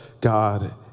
God